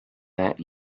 that